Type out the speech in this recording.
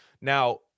now